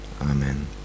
Amen